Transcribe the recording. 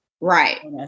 right